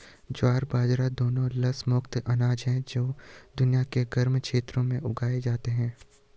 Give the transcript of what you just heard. ज्वार बाजरा दोनों लस मुक्त अनाज हैं जो दुनिया के गर्म क्षेत्रों में उगाए जाते हैं